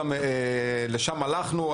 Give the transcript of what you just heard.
לשם הלכנו,